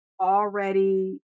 already